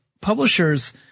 publishers